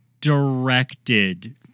directed